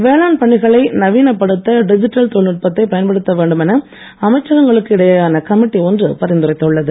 வேளாண் பணிகளை நவீனப்படுத்த டிஜிட்டல் தொழில்நுட்பத்தை பயன்படுத்த வேண்டும் என அமைச்சக்கங்களுக்கு இடையேயான கமிட்டி ஒன்று பரிந்துரைத்துள்ளது